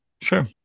Sure